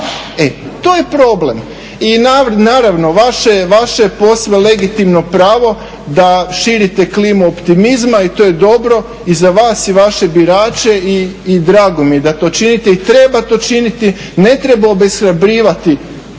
E to je problem. I naravno vaše posve legitimno pravo da širite klimu optimizma i to je dobro i za vas i vaše birače i drago mi je da to činite i treba to činiti. Ne treba obeshrabrivati